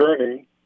journey